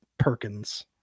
Perkins